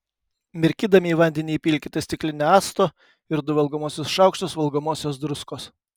mirkydami į vandenį įpilkite stiklinę acto ir du valgomuosius šaukštus valgomosios druskos